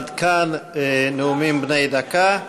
עד כאן נאומים בני דקה.